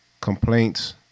complaints